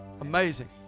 Amazing